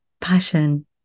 passion